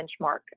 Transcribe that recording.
benchmark